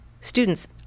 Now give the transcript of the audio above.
students